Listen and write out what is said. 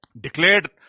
Declared